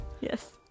Yes